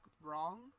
wrong